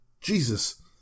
Jesus